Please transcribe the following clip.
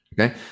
okay